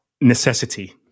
necessity